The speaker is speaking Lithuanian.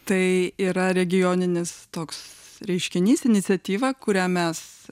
tai yra regioninis toks reiškinys iniciatyva kurią mes